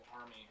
army